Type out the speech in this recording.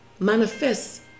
Manifest